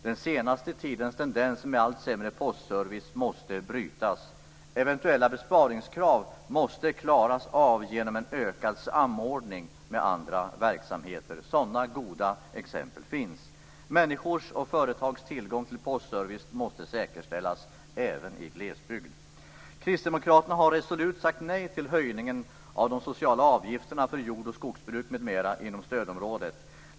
Den senaste tidens tendens med allt sämre postservice måste brytas. Eventuella besparingskrav måste klaras av genom en ökad samordning med andra verksamheter. Sådana goda exempel finns. Människors och företags tillgång till postservice måste säkerställas även i glesbygd. Kristdemokraterna har resolut sagt nej till höjningen av de sociala avgifterna för jord och skogsbruk m.m. inom stödområdet.